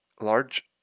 Large